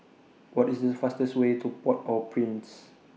What IS The fastest Way to Port Au Prince